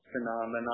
phenomenon